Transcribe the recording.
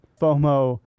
FOMO